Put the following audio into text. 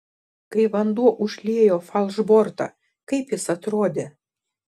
kai vanduo užliejo falšbortą kaip jis atrodė